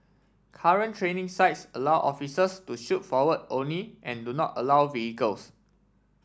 current training sites allow officers to shoot forward only and do not allow vehicles